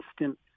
instant